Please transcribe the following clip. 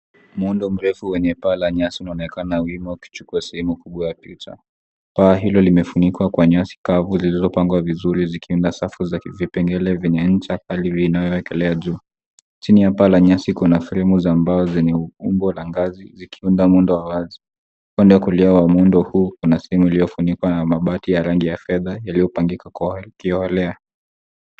Muundo mrefu wenye paa la nyasi unaonekana wima ukichukua sehemu kubwa ya picha. Paa hilo limefunikwa kwa nyasi kavu lililopangwa vizuri zikiunda safu za vipengele vyenye ncha kali inayoekelewa juu. Chini ya paa la nyasi kuna fremu za ambao zikiunda umbo la ngazi zikiunda muundo wa wazi. Upande wa kulia wa muundo huu kuna sehemu iliyofunikwa na mabati ya rangi ya fedha yaliyopangika kiholea.